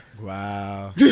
Wow